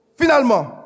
Finalement